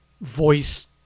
voice